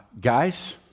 guys